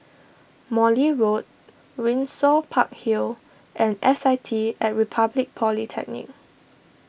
Morley Road Windsor Park Hill and S I T at Republic Polytechnic